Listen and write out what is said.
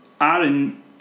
Aaron